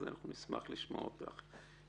פה הוסיפו את המוטיבציה הטרוריסטית.